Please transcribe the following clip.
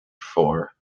for